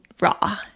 raw